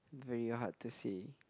very hard to say